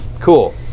Cool